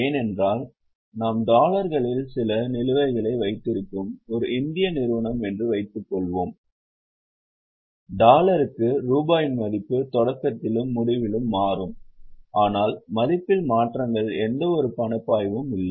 ஏனென்றால் நாம் டாலர்களில் சில நிலுவைகளை வைத்திருக்கும் ஒரு இந்திய நிறுவனம் என்று வைத்துக்கொள்வோம் டாலருக்கு ரூபாயின் மதிப்பு தொடக்கத்திலும் முடிவிலும் மாறும் ஆனால் மதிப்பில் மாற்றங்கள் எந்தவொரு பணப்பாய்வும் இல்லை